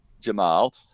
Jamal